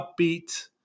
upbeat